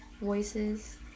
voices